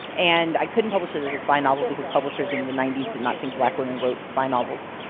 and i couldn't publish it as a spy novel because publishers in the ninety s did not think black women wrote spy novels.